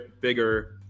bigger